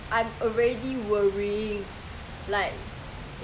now because this kind of thing is got requirement that's why they will come out [what]